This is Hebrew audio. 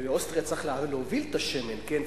לאוסטריה צריך להוביל את השמן, כן?